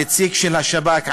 הנציג של השב"כ,